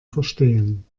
verstehen